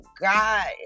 God